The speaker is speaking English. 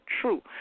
true